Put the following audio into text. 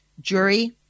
Jury